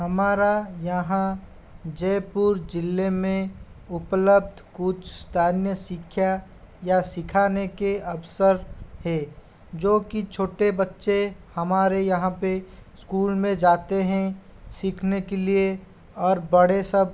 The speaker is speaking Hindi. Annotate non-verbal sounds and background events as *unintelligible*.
हमारा यहाँ जयपुर जिले में उपलब्ध कुछ *unintelligible* या सिखाने के अवसर है जो कि छोटे बच्चे हमारे यहाँ पे इस्कूल में जाते हैं सीखने के लिए और बड़े सब